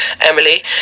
Emily